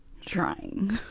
trying